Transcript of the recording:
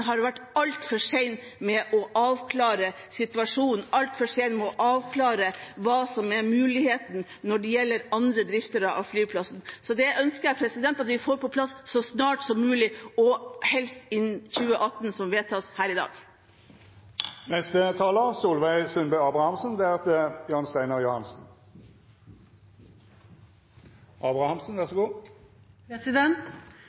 har vært altfor sein med å avklare situasjonen og med å avklare hva som er muligheten når det gjelder andre driftere av flyplassen. Det ønsker jeg at vi får på plass så snart som mulig, helst innen 2018, som vedtas her i